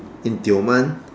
in Tioman